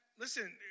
Listen